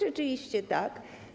Rzeczywiście tak.